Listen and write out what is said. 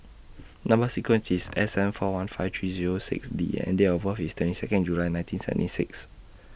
Number sequence IS S seven four one five three six D and Date of birth IS twenty Second June nineteen seventy six